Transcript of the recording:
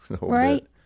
Right